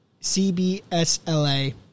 CBSLA